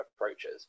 approaches